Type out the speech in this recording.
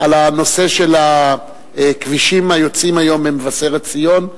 לנושא של הכבישים היוצאים היום ממבשרת-ציון.